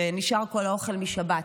כשנשאר כל האוכל משבת,